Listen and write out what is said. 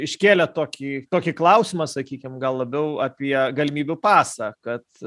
iškėlėt tokį tokį klausimą sakykim gal labiau apie galimybių pasą kad